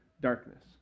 darkness